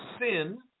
sin